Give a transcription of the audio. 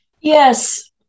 Yes